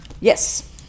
Yes